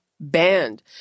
banned